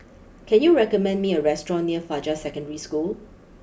can you recommend me a restaurant near Fajar Secondary School